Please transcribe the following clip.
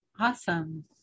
Awesome